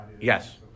Yes